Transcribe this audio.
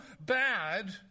bad